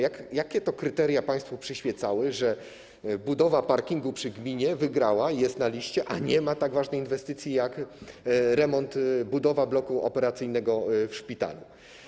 Jakie to kryteria państwu przyświecały, że budowa parkingu przy gminie wygrała, jest na liście, a nie ma tak ważnej inwestycji jak remont, budowa bloku operacyjnego w szpitalu?